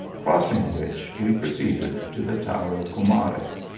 crossing which, we proceeded to the tower of co mares,